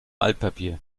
altpapier